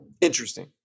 Interesting